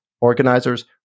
organizers